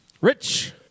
Rich